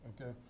okay